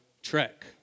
trek